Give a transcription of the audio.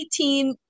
18